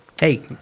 Hey